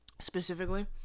specifically